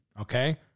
Okay